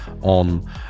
on